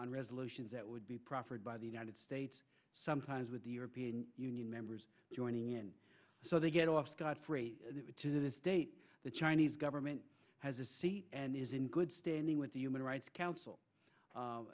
on resolutions that would be proffered by the united states sometimes with the european union members joining in so they get off scot free to this date the chinese government has a seat and is in good standing with the human rights council